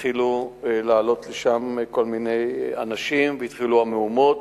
והתחילו לעלות לשם כל מיני אנשים והתחילו המהומות.